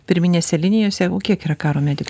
pirminėse linijose kiek yra karo medikų